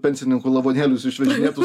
pensininkų lavonėlius išvežinėtų